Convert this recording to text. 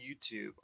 YouTube